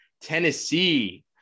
Tennessee